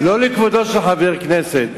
לא לכבודו של חבר כנסת.